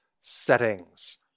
settings